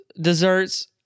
desserts